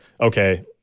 okay